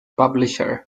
publisher